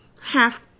half